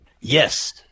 Yes